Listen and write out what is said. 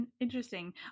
interesting